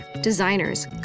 designers